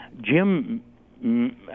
Jim